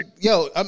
yo